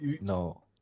No